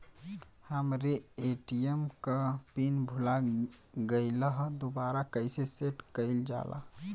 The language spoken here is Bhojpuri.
हमरे ए.टी.एम क पिन भूला गईलह दुबारा कईसे सेट कइलजाला?